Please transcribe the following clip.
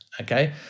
okay